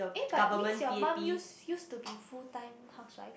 eh but means your mum use~ used to be full time housewife